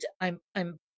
I'm—I'm